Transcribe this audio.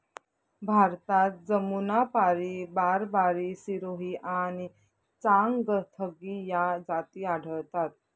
भारतात जमुनापारी, बारबारी, सिरोही आणि चांगथगी या जाती आढळतात